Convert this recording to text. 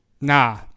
Nah